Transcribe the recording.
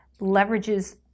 leverages